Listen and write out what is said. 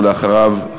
ואחריו,